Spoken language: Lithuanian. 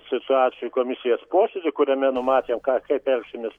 situacijų komisijos posėdį kuriame numatėm ką kaip elksimės